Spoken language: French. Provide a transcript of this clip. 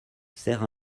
sert